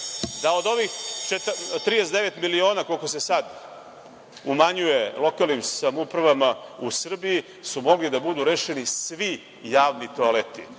da od ovih 39 miliona, koliko se sad umanjuje lokalnim samoupravama u Srbiji, su mogli da budu rešeni svi javni toaleti,